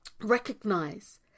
recognize